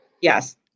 Yes